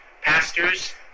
pastors